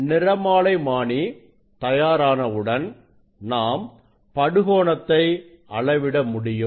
நிறமாலைமானி தயாரானவுடன் நாம் படுகோணத்தை அளவிட முடியும்